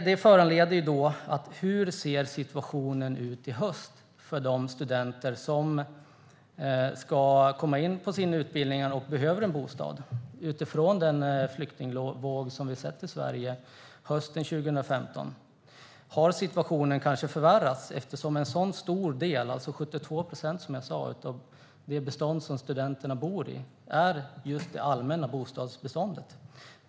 Detta föranleder en fråga: Hur ser då situationen ut i höst för de studenter som har kommit in på sina utbildningar och behöver en bostad utifrån den flyktingvåg som vi såg till Sverige hösten 2015? Har situationen förvärrats? En stor del av studenterna - 72 procent, som jag sa - bor i det allmänna bostadsbeståndet.